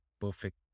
perfect